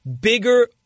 bigger